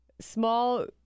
small